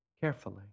carefully